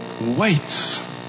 waits